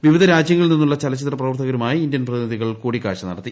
വിവിധ രാജ്യിങ്ങളിൽ നിന്നുള്ള ചലച്ചിത്ര പ്രവർത്തകരുമായി ഇന്ത്യൻ പ്രതിനിധികൾ കൂടിക്കാഴ്ച നടത്തി